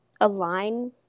align